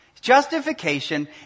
Justification